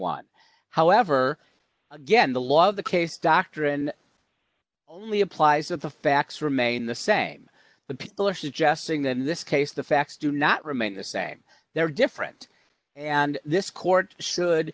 one however again the law of the case doctrine only applies that the facts remain the same but people are suggesting that in this case the facts do not remain the same they are different and this court should